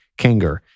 Kanger